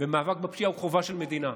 מאבק בפשיעה הוא חובה של מדינה.